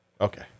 Okay